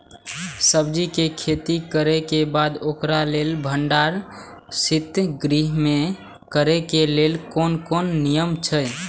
सब्जीके खेती करे के बाद ओकरा लेल भण्डार शित गृह में करे के लेल कोन कोन नियम अछि?